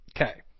Okay